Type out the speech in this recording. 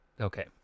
Okay